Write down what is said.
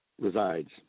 resides